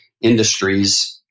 industries